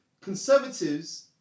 conservatives